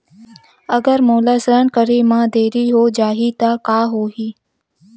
अगर मोला ऋण करे म देरी हो जाहि त का होही?